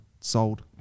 Sold